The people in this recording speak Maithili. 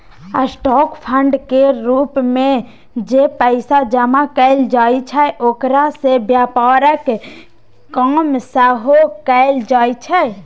स्टॉक फंड केर रूप मे जे पैसा जमा कएल जाइ छै ओकरा सँ व्यापारक काम सेहो कएल जाइ छै